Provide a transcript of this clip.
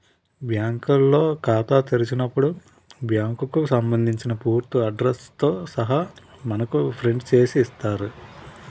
బ్యాంకులో ఖాతా తెలిసినప్పుడు బ్యాంకుకు సంబంధించిన పూర్తి అడ్రస్ తో సహా మనకు ప్రింట్ చేసి ఇస్తారు